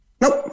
Nope